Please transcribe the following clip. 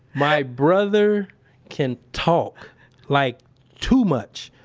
my brother can talk like too much.